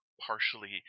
partially